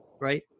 right